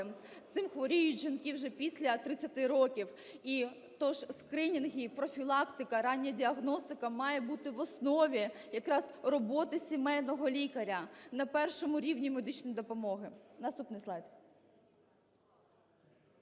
Цим хворіють жінки вже після 30 років. Тож скринінги, профілактика, рання діагностика має бути в основі якраз роботи сімейного лікаря на першому рівні медичної допомоги. Наступний слайд.